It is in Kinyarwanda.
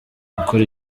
gukora